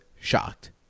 shocked